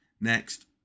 next